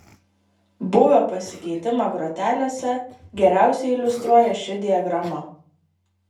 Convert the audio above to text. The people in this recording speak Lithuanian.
būvio pasikeitimą grotelėse geriausiai iliustruoja ši diagrama